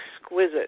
exquisite